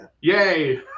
Yay